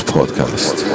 podcast